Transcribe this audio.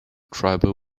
tribal